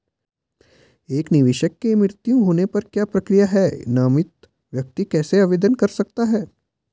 एक निवेशक के मृत्यु होने पर क्या प्रक्रिया है नामित व्यक्ति कैसे आवेदन कर सकता है?